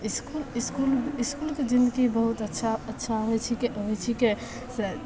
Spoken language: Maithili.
इसकुल इसकुल इसकुलके जिनगी बहुत अच्छा अच्छा होइ छिकै होइ छिकै तऽ